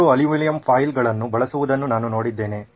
ಜನರು ಅಲ್ಯೂಮಿನಿಯಂ ಫಾಯಿಲ್ಗಳನ್ನು ಬಳಸುವುದನ್ನು ನಾನು ನೋಡಿದ್ದೇನೆ